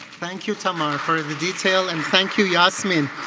thank you tamera for the detail, and thank you yasmeen.